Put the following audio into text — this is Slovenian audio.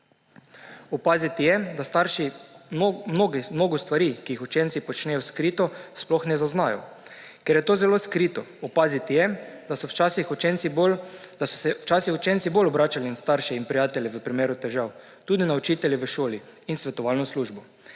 Opaziti je, da starši mnogo stvari, ki jih učenci počnejo skrito, sploh ne zaznajo, ker je to zelo skrito. Opaziti je, da so se včasih učenci bolj obračali na starši in prijatelji v primeru težav, tudi na učitelje v šoli in svetovalno službo.